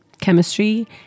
chemistry